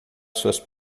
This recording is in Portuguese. suas